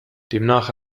demnach